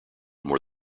more